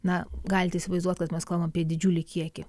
na galite įsivaizduot kad mes kalbam apie didžiulį kiekį